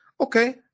okay